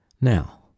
Now